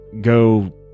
go